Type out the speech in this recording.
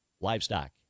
Livestock